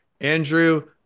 Andrew